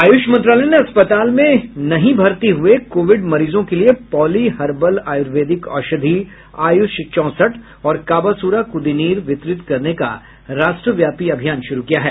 आयुष मंत्रालय ने अस्पताल में नहीं भर्ती हुए कोविड मरीजों के लिए पोली हर्बल आयुर्वेदिक औषधि आयुष चौसठ और काबासुरा कुदीनीर वितरित करने का राष्ट्रव्यापी अभियान श्रू किया है